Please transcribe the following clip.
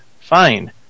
Fine